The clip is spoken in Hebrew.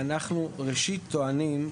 אנחנו ראשית טוענים,